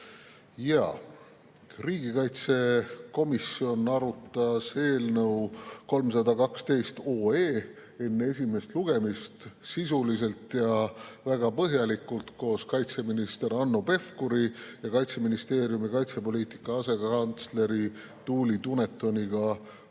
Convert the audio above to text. Riigikaitsekomisjon arutas eelnõu 312 enne esimest lugemist sisuliselt ja väga põhjalikult koos kaitseminister Hanno Pevkuri ja Kaitseministeeriumi kaitsepoliitika asekantsleri Tuuli Dunetoniga meie